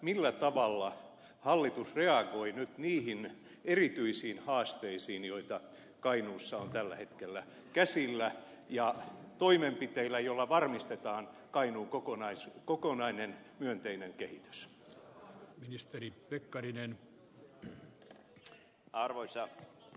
millä tavalla hallitus reagoi nyt niihin erityisiin haasteisiin joita kainuussa on tällä hetkellä käsillä ja millä toimenpiteillä varmistetaan kainuun myönteinen kokonaiskehitys